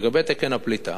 לגבי תקן הפליטה